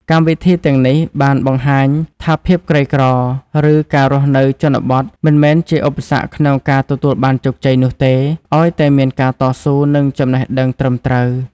កម្មវិធីទាំងនេះបានបង្ហាញថាភាពក្រីក្រ ឬការរស់នៅជនបទមិនមែនជាឧបសគ្គក្នុងការទទួលបានជោគជ័យនោះទេ ឲ្យតែមានការតស៊ូ និងចំណេះដឹងត្រឹមត្រូវ។